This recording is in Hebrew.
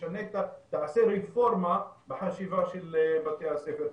תעשה רפורמה בחשיבה של בתי הסוהר,